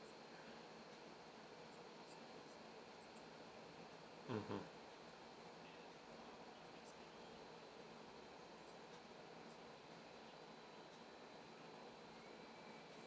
mmhmm